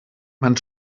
man